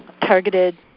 targeted